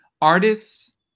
artists